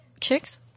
chicks